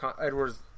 Edward's